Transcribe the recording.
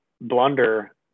blunder